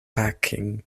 backing